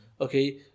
Okay